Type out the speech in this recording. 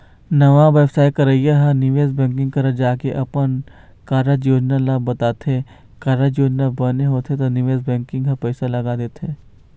नवा बेवसाय करइया ह निवेश बेंकिग करा जाके अपन कारज योजना ल बताथे, कारज योजना बने होथे त निवेश बेंकिग ह पइसा लगा देथे